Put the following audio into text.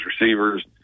receivers